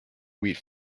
wheat